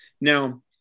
Now